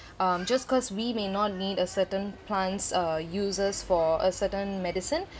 um just because we may not need a certain plant's uh uses for a certain medicine